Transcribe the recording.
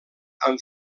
amb